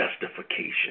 justification